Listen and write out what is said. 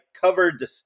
covered